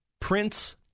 prince